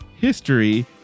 history